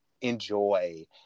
enjoy